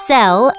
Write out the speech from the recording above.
Sell